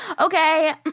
Okay